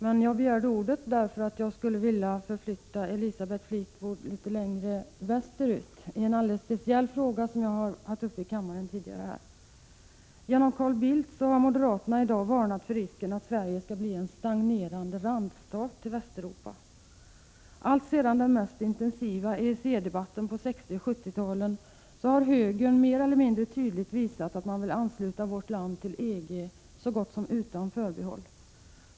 Men jag begärde ordet därför att jag skulle vilja förflytta Elisabeth Fleetwood litet längre västerut i en alldeles speciell fråga, som jag har haft uppe i kammaren tidigare i dag. Genom Carl Bildt har moderaterna i dag varnat för risken för att Sverige skall bli en stagnerande randstat i Västeuropa. Alltsedan den mest intensiva EEC-debatten på 1960 och 1970-talen har högern mer eller mindre tydligt visat att man vill ansluta vårt land till EG så gott som utan förbehåll.